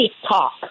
TikTok